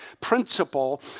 principle